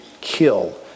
kill